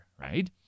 right